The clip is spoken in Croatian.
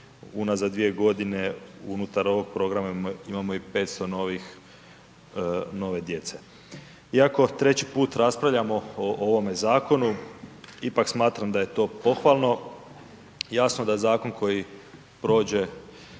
unazad dvije godine unutar ovog programa imamo i 500 nove djece. Iako treći put raspravljamo o ovome zakonu ipak smatram da je to pohvalno. Jasno da zakon koji prođe